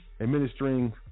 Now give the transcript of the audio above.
administering